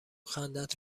خندت